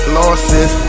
losses